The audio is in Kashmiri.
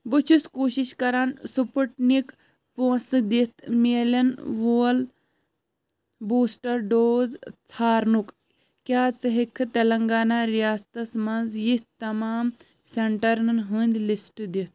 بہٕ چھُس کوٗشِش کران سٕپُٹنِک پونٛسہٕ دِتھ میلن وول بوٗسٹر ڈوز ژھانڈنُک کیٛاہ ژٕ ہیٚکھٕ تیٚلنٛگانہ ریاستس مَنٛز یتھۍ تمام سینٹرن ہٕنٛدۍ لسٹ دِتھ